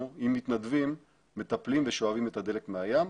עם מתנדבים מטפלים ושואבים את הדלק מהים.